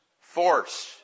force